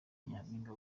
nyampinga